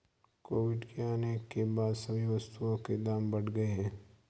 Covid के आने के बाद सभी वस्तुओं के दाम बढ़ गए हैं